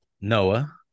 noah